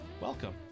Welcome